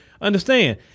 understand